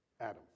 Adam